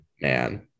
man